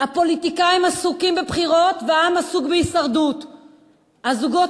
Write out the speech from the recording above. הפוליטיקאים עסוקים בבחירות, והעם עסוק בהישרדות.